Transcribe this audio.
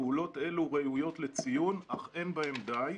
פעולות אלו ראויות לציון, אך אין בהן די.